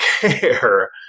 care